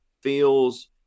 feels